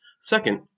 Second